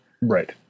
Right